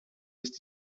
ist